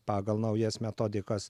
pagal naujas metodikas